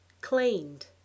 Cleaned